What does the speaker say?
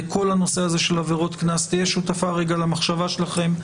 בכול הנושא הזה של עבירות קנס תהיה שותפה למחשבה שלכם.